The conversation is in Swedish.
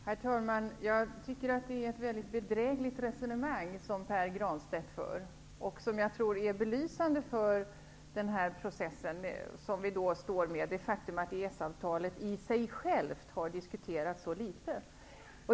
Herr talman! Jag tycker det är ett bedrövligt resonemang som Pär Granstedt för, och som jag tror är belysande för den process som vi står inför. Det är ju ett faktum att EES-avtalet i sig självt har diskuterats så litet.